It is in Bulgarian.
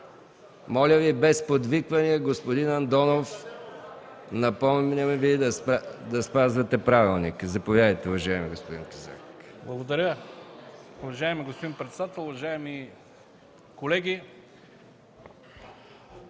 Моля Ви, без подвиквания, господин Андонов. Напомням Ви да спазвате правилника. Заповядайте, уважаеми господин Казак. ЧЕТИН КАЗАК (ДПС): Благодаря. Уважаеми господин председател, уважаеми колеги!